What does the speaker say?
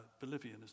Bolivian